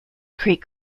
creek